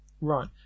right